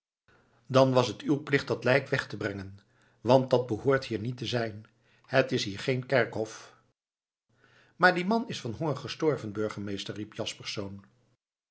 dan was het uw plicht dat lijk weg te brengen want dat behoort hier niet te zijn het is hier geen kerkhof maar die man is van den honger gestorven burgemeester riep